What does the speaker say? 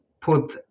put